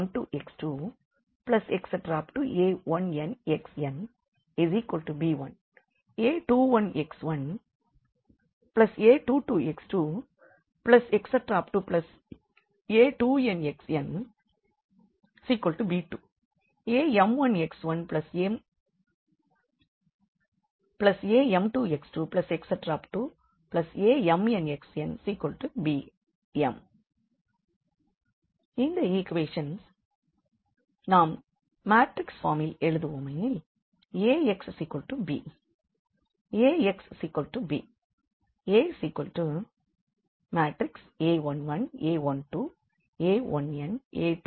a11x1a12x2a1nxnb1 a21x1a22x2a2nxnb2 am1x1am2x2⋯amnxnbm இந்த equations ஐ நாம் மேட்ரிக்ஸ் பார்மில் எழுதுவோமெனில் A x b